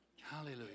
Hallelujah